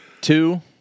Two